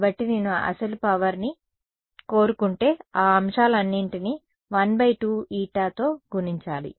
కాబట్టి నేను అసలు పవర్ ని కోరుకుంటే ఆ అంశాలన్నింటినీ 12ηతో గుణించాలి